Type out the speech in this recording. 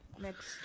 next